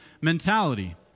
mentality